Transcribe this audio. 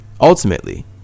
Ultimately